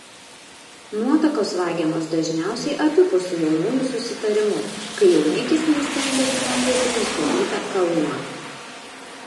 nuotakos vagiamos dažniausiai abipusiu jaunųjų susitarimu kai jaunikis neįstengia sumokėti nustatytą kalymą